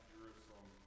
Jerusalem